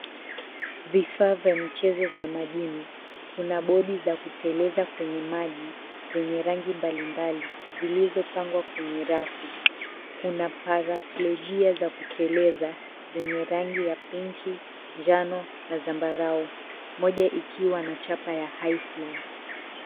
Vifaa vya michezo vya majini. Kuna bodi za kuteleza kwenye maji, zenye rangi mbalimbali, zilizopangwa kwenye rafu. Kuna paraplejia za kuteleza, zenye rangi ya pinki, njano na zambarau. Moja ikiwa na chapa ya, Hifly.